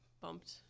bumped